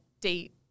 date